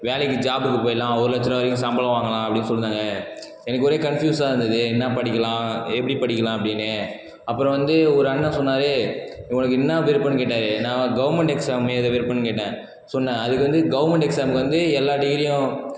வேலைக்கு ஜாப்புக்கு போய்டலாம் ஒரு லட்சம் ரூபாய் வரைக்கும் சம்பளம் வாங்கலாம் அப்படின்னு சொல்லிடாங்க எனக்கு ஒரே கண்ஃபியூஸானா இருந்தது என்ன படிக்கலாம் எப்படி படிக்கலாம் அப்படின்னு அப்புறம் வந்து ஒரு அண்ணன் சொன்னார் உனக்கு என்ன விருப்பம்னு கேட்டார் நான் வந் கவர்மெண்ட் எக்ஸாம் எழுத விருப்பம்னு கேட்டேன் சொன்னேன் அதுக்கு வந்து கவர்மெண்ட் எக்ஸாமுக்கு வந்து எல்லா டிகிரியும்